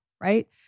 right